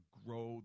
grow